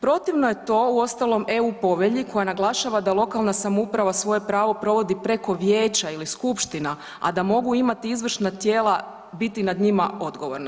Protivno je to uostalom EU povelji koja naglašava da lokalna samouprave svoje pravo provodi preko vijeća ili skupština, a da mogu imati izvršna tijela biti nad njima odgovorna.